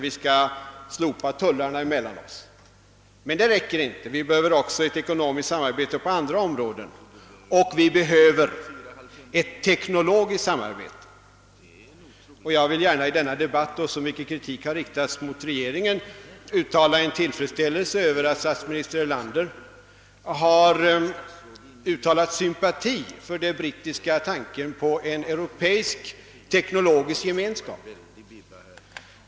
Vi skall slopa tullarna mellan oss. Men det räcker inte. Vi behöver också ekonomiskt samarbete på andra områden, och vi behöver ett teknologiskt samarbete. Jag vill gärna i denna debatt, då så mycket kritik har riktats mot regeringen, uttala tillfredsställelse över att statsminister Erlander har uttryckt sympati för den brittiska tanken på en europeisk teknologisk gemenskap.